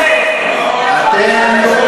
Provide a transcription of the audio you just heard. תודה